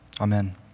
Amen